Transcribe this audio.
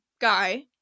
guy